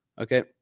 Okay